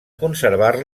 conservar